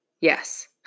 Yes